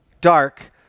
dark